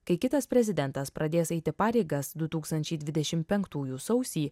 kai kitas prezidentas pradės eiti pareigas du tūkstančiai dvidešim penktųjų sausį